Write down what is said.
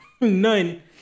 None